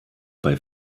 bei